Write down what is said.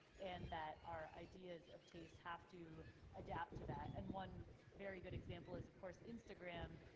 and that our ideas of taste have to adapt to that. and one very good example is of course, instagram.